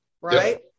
right